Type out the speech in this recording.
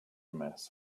mess